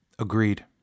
agreed